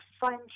fun